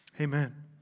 amen